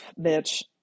bitch